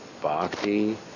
bhakti